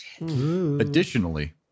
additionally